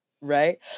Right